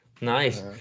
Nice